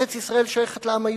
ארץ-ישראל שייכת לעם היהודי,